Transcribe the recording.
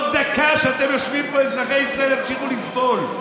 כל דקה שאתם יושבים פה אזרחי ישראל ימשיכו לסבול.